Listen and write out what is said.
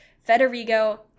Federigo